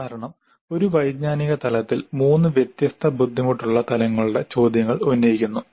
ഉദാഹരണം ഒരേ വൈജ്ഞാനിക തലത്തിൽ മൂന്ന് വ്യത്യസ്ത ബുദ്ധിമുട്ടുള്ള തലങ്ങളുടെ ചോദ്യങ്ങൾ ഉന്നയിക്കുന്നു